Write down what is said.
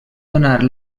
donar